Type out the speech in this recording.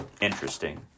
Interesting